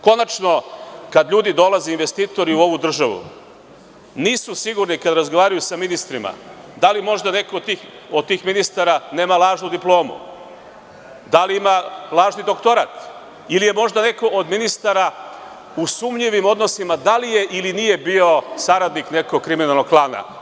Konačno, kad dolaze investitori u ovu državu nisu sigurni, kada razgovaraju sa ministrima, da li možda neko od tih ministara nema lažnu diplomu, da li ima lažni doktorat ili je možda neko od ministara u sumnjivim odnosima, da li je ili nije bio saradnik nekog kriminalnog klana.